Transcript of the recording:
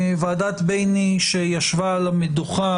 ועדת בייניש ישבה על המדוכה,